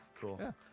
Cool